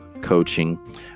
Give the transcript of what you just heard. Coaching